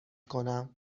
کنم